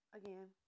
again